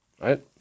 right